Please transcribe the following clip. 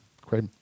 Great